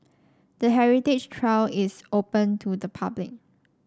the heritage trail is open to the public